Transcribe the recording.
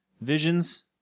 visions